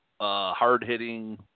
hard-hitting